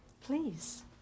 Please